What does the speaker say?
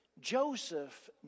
Joseph